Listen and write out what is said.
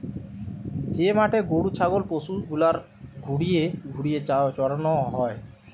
যে মাঠে গরু ছাগল পশু গুলার ঘুরিয়ে ঘুরিয়ে চরানো হয়